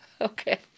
okay